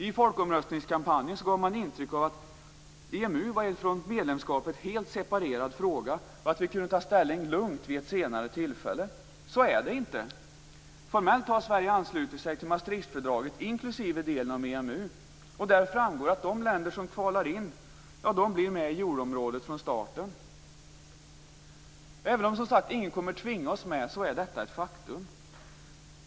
I folkomröstningskampanjen gav man intryck av att EMU var en från EU-medlemskapet helt separerad fråga och att vi lugnt kunde ta ställning vid ett senare tillfälle. Så är det inte. Formellt har Sverige anslutit sig till Maastrichtfördraget, inklusive delen om EMU. Där framgår att de länder som kvalar in blir med i euroområdet från starten. Även om ingen kommer att tvinga oss med är detta ett faktum.